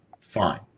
fine